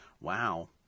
Wow